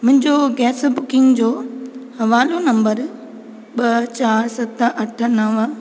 मुंहिंजो gas booking जो हवालो नंबर ॿ चारि सत अठ नव